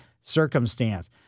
circumstance